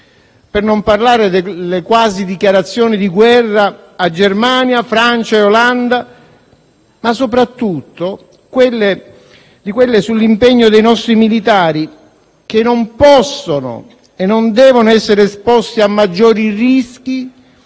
Non parliamo poi delle quasi dichiarazioni di guerra a Germania, Francia e Olanda, ma soprattutto di quelle sull'impegno dei nostri militari che non possono e non devono essere esposti a maggiori rischi